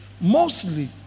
Mostly